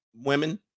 women